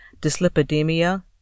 dyslipidemia